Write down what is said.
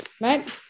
right